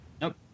Nope